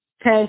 Okay